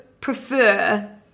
prefer